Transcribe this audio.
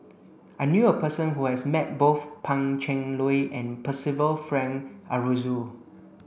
I knew a person who has met both Pan Cheng Lui and Percival Frank Aroozoo